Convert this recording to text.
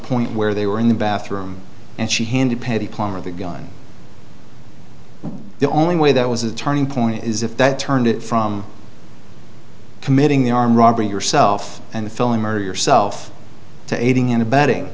point where they were in the bathroom and she handed peddie plumber the gun the only way that was a turning point is if that turned it from committing the armed robbery yourself and filling murder yourself to aiding and abetting